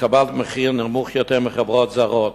וקבלת מחיר נמוך יותר מחברות זרות.